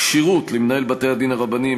כשירות למנהל בתי-הדין הרבניים),